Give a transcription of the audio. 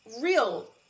real